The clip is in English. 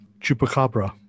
Chupacabra